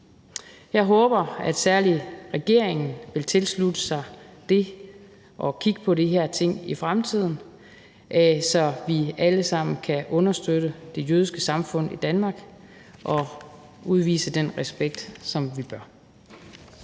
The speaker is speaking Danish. Jeg håber, at særlig regeringen vil tilslutte sig det og kigge på de her ting i fremtiden, så vi alle sammen kan understøtte det jødiske samfund i Danmark og udvise den respekt, som vi bør.